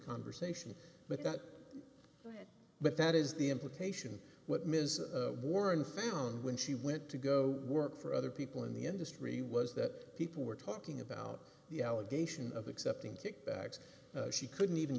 conversation but that but that is the implication what ms warren found when she went to go work for other people in the industry was that people were talking about the allegation of accepting kickbacks she couldn't even